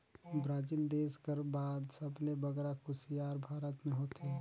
Brazil देस कर बाद सबले बगरा कुसियार भारत में होथे